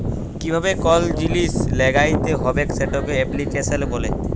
কিভাবে কল জিলিস ল্যাগ্যাইতে হবেক সেটকে এপ্লিক্যাশল ব্যলে